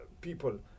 people